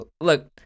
look